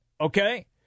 Okay